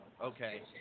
Okay